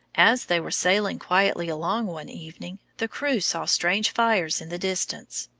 as they were sailing quietly along one evening, the crew saw strange fires in the distance.